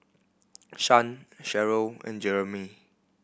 Shan Sherrill and Jeremie